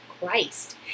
Christ